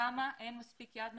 שם אין מספיק יד מכוונת,